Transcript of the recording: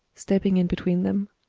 stepping in between them.